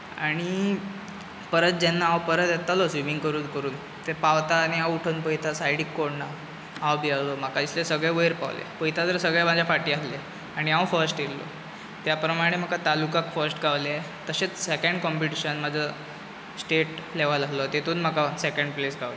आनी परत जेन्ना हांव परत येतालों स्विमींग करून करून ते पावता आनी हांव उठून पयता सायडीक कोण ना हांव भियेलो म्हाका दिसलें सगले वयर पावले पयता जाल्यार सगले म्हज्या फाटी आहले आनी हांव फस्ट येल्लों त्या प्रमाणें म्हाका तालूकाक फस्ट गावलें तशेंच सेकेंड काँपिटीशन म्हजो स्टेट लेवल आहलो तितून म्हाका सेकंड प्लेस गावली